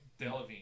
delavine